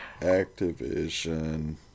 Activision